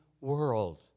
world